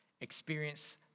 Experience